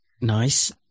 Nice